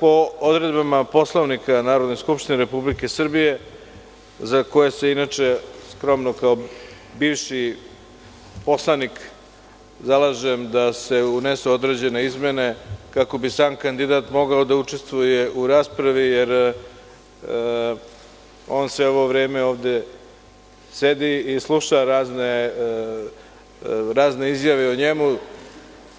Po odredbama Poslovnika Narodne skupštine Republike Srbije, za koje se inače, skromno, kao bivši poslanik, zalažem da se unesu određene izmene, kako bi sam kandidat mogao da učestvuje u raspravi, jer on sve ovo vreme ovde sedi i sluša razne izjave o njemu,